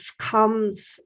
comes